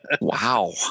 Wow